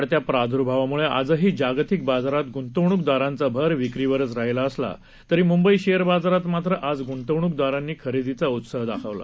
कोरोनाच्या वाढत्या प्राद्र्भावाम्ळे आजही जागतिक बाजारात ग्ंतवणूकदारांचा भर विक्रीवरच राहिला असला तरी मुंबई शेअर बाजारात मात्र आज ग्ंतवण्कदारांनी खरेदीचा उत्साह दाखवला